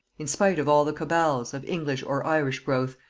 in spite of all the cabals, of english or irish growth,